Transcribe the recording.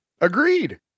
agreed